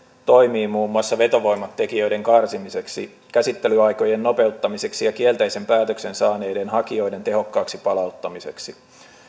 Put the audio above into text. toimiin muun muassa vetovoimatekijöiden karsimiseksi käsittelyaikojen nopeuttamiseksi ja kielteisen päätöksen saaneiden hakijoiden tehokkaaksi palauttamiseksi